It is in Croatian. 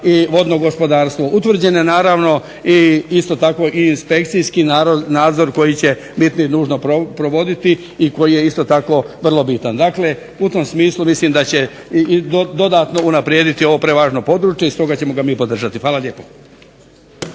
i vodno gospodarstvo. Utvrđen je isto tako i inspekcijski nadzor koji će bit nužno provoditi i koji je isto tako vrlo bitan. Dakle, u tom smislu mislim da će dodatno unaprijediti ovo prevažno područje i stoga ćemo ga mi podržati. Fala lijepo.